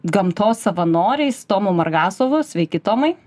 gamtos savanoriais tomu margasovu sveiki tomai